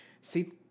See